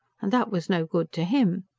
and that was no good to him.